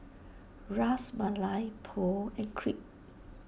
Ras Malai Po and Crepe